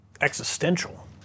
existential